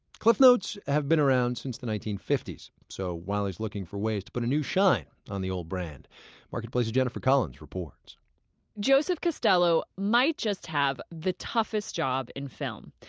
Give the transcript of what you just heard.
cliffsnotes have been around since the nineteen fifty s, so wiley's looking for ways to put a new shine on the old brand marketplace's jennifer collins reports joseph castelo might just have the toughest job in film.